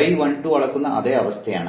y12 അളക്കുന്ന അതേ അവസ്ഥയാണ്